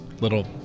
little